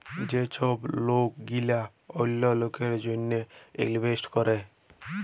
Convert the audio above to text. যে ছব লক গিলা অল্য লকের জ্যনহে ইলভেস্ট ক্যরে